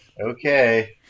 okay